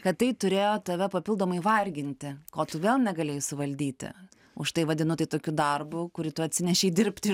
kad tai turėjo tave papildomai varginti ko tu vėl negalėjai suvaldyti už tai vadinu tai tokiu darbu kurį tu atsinešei dirbti